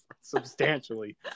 substantially